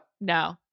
No